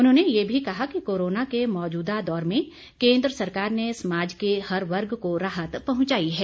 उन्होंने ये भी कहा कि कोरोना के मौजूदा दौरे में केन्द्र सरकार ने समाज के हर वर्ग को राहत पहुंचाई है